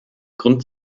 grund